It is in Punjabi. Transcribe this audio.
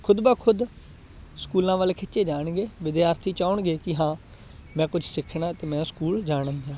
ਖੁਦ ਬਾ ਖੁਦ ਸਕੂਲਾਂ ਵੱਲ ਖਿੱਚੇ ਜਾਣਗੇ ਵਿਦਿਆਰਥੀ ਚਾਹੁੰਣਗੇ ਕਿ ਹਾਂ ਮੈਂ ਕੁਛ ਸਿੱਖਣਾ ਅਤੇ ਮੈਂ ਸਕੂਲ ਜਾਣਾ ਹੀ ਜਾਣਾ